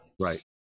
Right